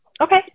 Okay